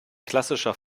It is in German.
klassischer